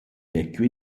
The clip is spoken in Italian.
vecchio